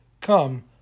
Come